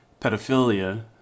pedophilia